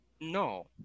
no